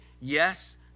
yes